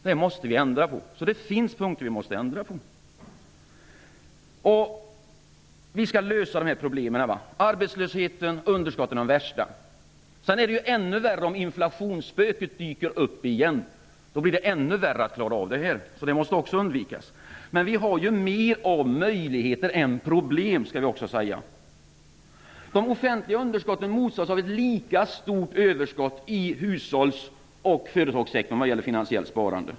Det finns alltså punkter som vi måste ändra på. Vi skall lösa problemen. Arbetslösheten och underskotten är de värsta. Det blir ännu svårare att klara av problemen om inflationsspöket dyker upp igen. Det måste också undvikas. Men vi skall också säga att vi har mer av möjligheter än av problem. De offentliga underskotten motsvaras av ett lika stort överskott i hushålls och företagssektorn vad gäller finansiellt sparande.